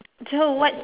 so what